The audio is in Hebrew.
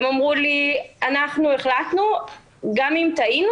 הם אמרו לי שאנחנו החלטנו וגם אם טעינו,